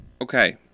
Okay